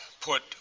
put